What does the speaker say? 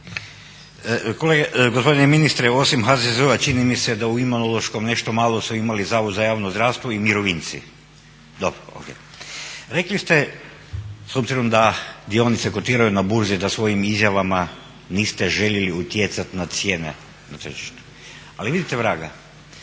rada)** Gospodine ministre, osim HZZO-a čini mi se da u Imunološkom nešto malo su imali Zavod za javno zdravstvo i mirovinci. Dobro, ok. Rekli ste s obzirom da dionice kotiraju na burzi, da svojim izjavama niste željeli utjecat na cijene na tržištu. Ali vidite vraga,